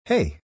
Hey